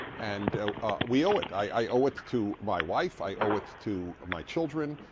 and ah ah we owe it. i owe it to to my wife. i owe it to my children.